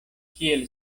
kiel